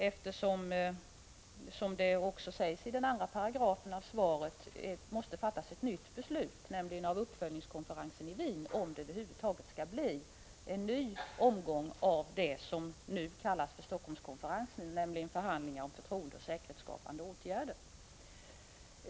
Det måste ju, som det också sägs i svarets andra stycke, fattas ett nytt beslut av uppföljningskonferensen i Wien, om det över huvud taget skall bli en ny omgång av det som nu kallas för Helsingforsskonferensen, nämligen förhandlingarna om förtroendeoch säkerhetsskapande åtgärder.